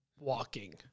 walking